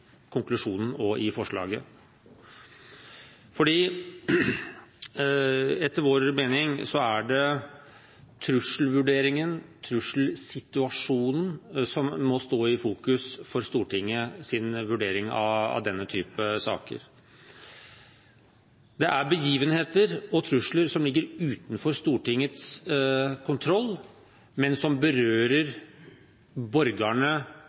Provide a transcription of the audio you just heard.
konklusjonen og i forslaget. Etter vår mening er det trusselvurderingen, trusselsituasjonen, som må stå i fokus for Stortingets vurdering av denne typen saker. Det er begivenheter og trusler som ligger utenfor Stortingets kontroll, men som berører borgerne